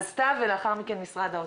סתיו, ולאחר מכן משרד האוצר.